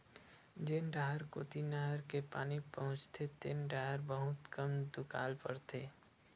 जेन डाहर कोती नहर के पानी पहुचथे तेन डाहर बहुते कम दुकाल परथे